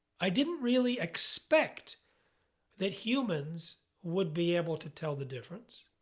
i didn't really expect that humans would be able to tell the difference.